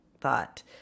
thought